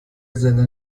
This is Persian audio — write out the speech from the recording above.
زنده